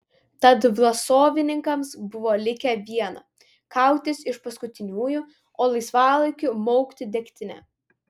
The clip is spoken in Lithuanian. tad vlasovininkams buvo likę viena kautis iš paskutiniųjų o laisvalaikiu maukti degtinę